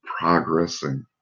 progressing